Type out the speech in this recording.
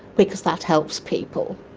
because that helps people,